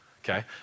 Okay